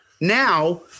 now